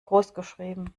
großgeschrieben